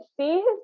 see